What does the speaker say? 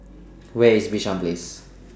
Where IS Bishan Place